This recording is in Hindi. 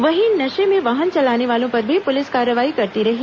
वहीं नशे में वाहन चलाने वालों पर भी पुलिस कार्रवाई करती रही